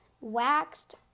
waxed